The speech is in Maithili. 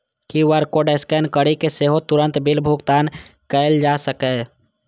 क्यू.आर कोड स्कैन करि कें सेहो तुरंत बिल भुगतान कैल जा सकैए